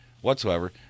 whatsoever